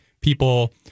people